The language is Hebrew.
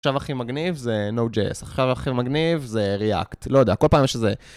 עכשיו הכי מגניב זה נו ג'ס, עכשיו הכי מגניב זה ריאקט, לא יודע, כל פעם יש איזה